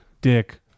Dick